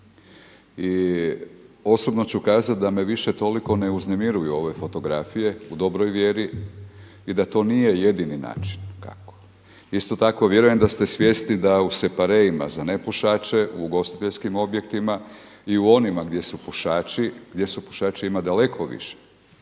i osobno ću kazati da me više toliko ne uznemiruju ove fotografije u dobroj vjeri i da to nije jedini način kako. Isto tako vjerujem da ste svjesni da u separeima za nepušače u ugostiteljskim objektima i u onima gdje su pušači, gdje su pušači ima daleko više